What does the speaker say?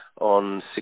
on